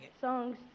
songs